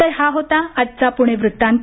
तर हा होता आजचा पुणे वृत्तांत